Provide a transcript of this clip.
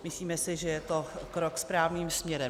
Myslíme si, že je to krok správným směrem.